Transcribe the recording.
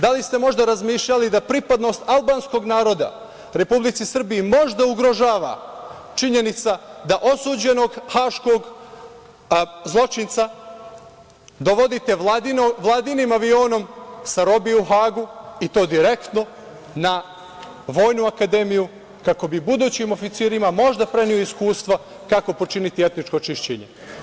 Da li ste možda razmišljali da pripadnost albanskog naroda Republici Srbiji možda ugrožava činjenica da osuđenog haškog zločinca dovodite Vladinim avionom sa robije u Hagu i to direktno na Vojnu akademiju kako bi budućim oficirima možda preneo iskustva kako počiniti etničko čišćenje?